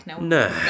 no